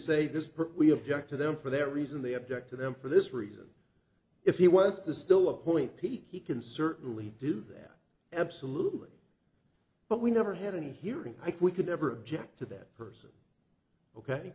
say this we object to them for their reason they object to them for this reason if he wants to still appoint he can certainly do that absolutely but we never had a hearing ike we could never object to that person ok